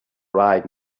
right